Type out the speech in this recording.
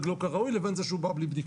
לא כראוי לבין זה שהוא בא בלי בדיקה.